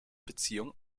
beziehung